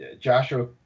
Joshua